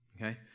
Okay